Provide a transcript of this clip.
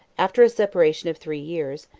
after a separation of three years,